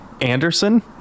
Anderson